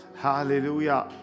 hallelujah